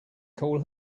call